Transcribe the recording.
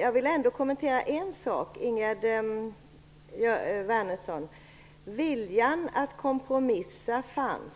Jag vill ändå kommentera en sak. Viljan att kompromissa fanns.